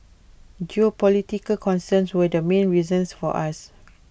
geopolitical concerns were the main reasons for us